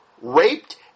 raped